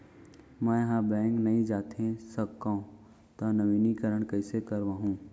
मैं ह बैंक नई जाथे सकंव त नवीनीकरण कइसे करवाहू?